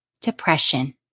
depression